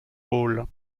rôle